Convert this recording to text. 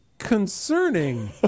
Concerning